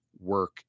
work